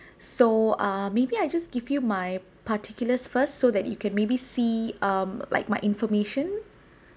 so uh maybe I just give you my particulars first so that you can maybe see um like my information